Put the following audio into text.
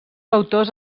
autors